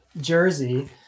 jersey